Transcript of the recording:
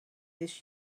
this